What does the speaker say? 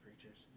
creatures